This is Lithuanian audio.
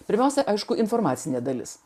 pirmiausia aišku informacinė dalis